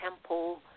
temple